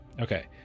Okay